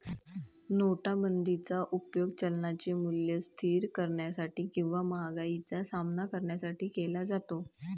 नोटाबंदीचा उपयोग चलनाचे मूल्य स्थिर करण्यासाठी किंवा महागाईचा सामना करण्यासाठी केला जातो